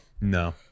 no